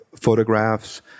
photographs